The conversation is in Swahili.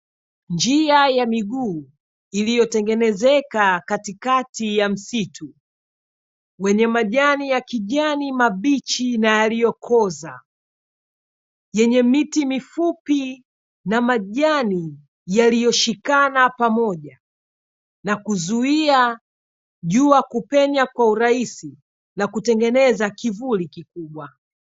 Njia ya miguu iliyotengenezeka katikati ya msitu, wenye majani ya kijani mabichi, na yaliyokoza yenye miti mifupi na majani yaliyoshikana pamoja, na kuzuia jua kupenya kwa urahisi na kutengeneza kivuli kikubwa.